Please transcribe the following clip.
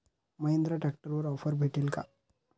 महिंद्रा ट्रॅक्टरवर ऑफर भेटेल का?